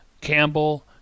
Campbell